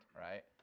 right